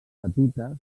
petites